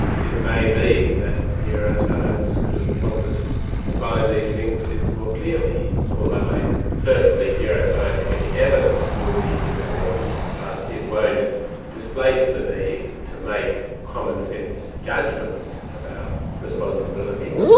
it may be that neuroscience could help us define these things a bit more clearly, although certainly neuroscientific evidence will be important, but it won't displace the need to make commonsense judgements about responsibility.